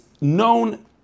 known